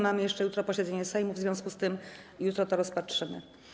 Mamy jeszcze jutro posiedzenie Sejmu, w związku z czym jutro to rozpatrzymy.